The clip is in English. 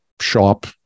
shop